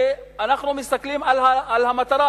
ואנחנו מסתכלים על המטרה,